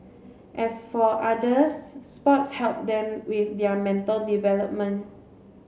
as for others sports help them with their mental development